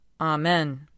Amen